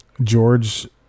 George